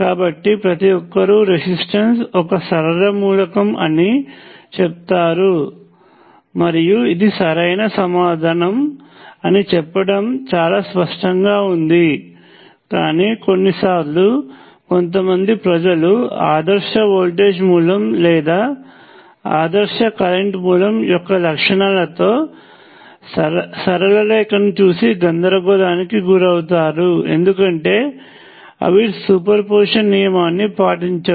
కాబట్టి ప్రతి ఒక్కరూ రెసిస్టెన్స్ ఒక సరళ మూలకం అని చెప్తారు మరియు ఇది సరైన సమాధానం అని చెప్పడం చాలా స్పష్టంగా ఉంది కానీ కొన్నిసార్లు కొంతమంది ప్రజలు ఆదర్శ వోల్టేజ్ మూలం లేదా ఆదర్శ కరెంట్ మూలం యొక్క లక్షణాలతో సరళరేఖ ని చూసి గందరగోళానికి గురవుతారు ఎందుకంటే అవి సూపర్ పొజిషన్ నియమాన్ని పాటించవు